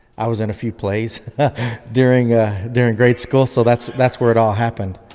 i was in a few plays during ah during grade school so that's that's where it all happened